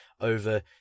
over